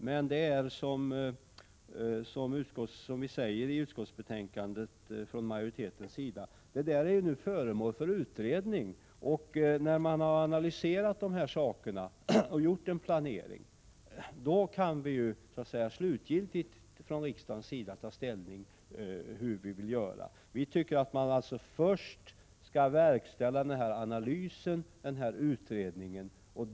Men, som majoriteten säger i utskottsbetänkandet, detta är nu föremål för utredning, och när man har analyserat de här sakerna och gjort en planering kan man från riksdagens sida slutgiltigt ta ställning till hur man vill göra. Vi tycker att man först skall verkställa utredning och analys.